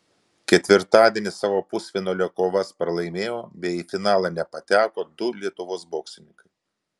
ketvirtadienį savo pusfinalio kovas pralaimėjo bei į finalą nepateko du lietuvos boksininkai